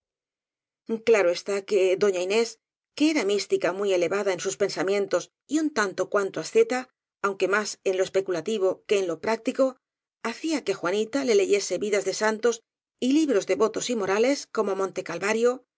claro está que doña inés que era mística muy elevada en sus pensamientos y un tanto cuanto asceta aunque más en lo especulativo que en lo práctico hacía que juanita le leyese vidas de santos p y libros devotos y morales como monte calvario